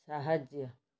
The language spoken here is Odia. ସାହାଯ୍ୟ